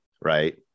right